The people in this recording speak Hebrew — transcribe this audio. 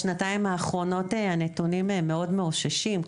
בשנתיים האחרונות הנתונים מאוד מאוששים,